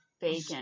bacon